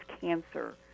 cancer